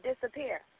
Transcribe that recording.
disappear